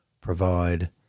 provide